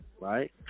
Right